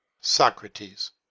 Socrates